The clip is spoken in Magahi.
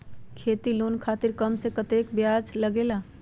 खेती लोन खातीर कम से कम कतेक ब्याज लगेला?